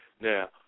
Now